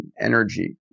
energy